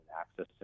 access